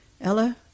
Ella